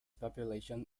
population